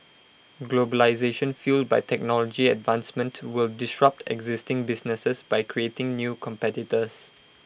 globalisation fuelled by technology advancement will disrupt existing businesses by creating new competitors